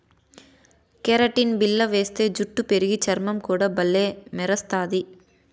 keratin బిల్ల వేస్తే జుట్టు పెరిగి, చర్మం కూడా బల్లే మెరస్తది